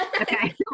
Okay